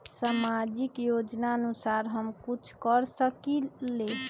सामाजिक योजनानुसार हम कुछ कर सकील?